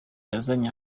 yazanye